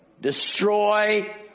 destroy